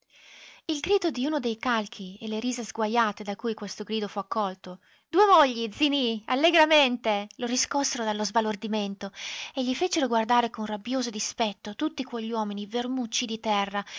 il grido di uno dei calchi e le risa sguajate da cui questo grido fu accolto due mogli zi nì allegramente lo riscossero dallo sbalordimento e gli fecero guardare con rabbioso dispetto tutti quegli uomini vermucci di terra